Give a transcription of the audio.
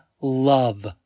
love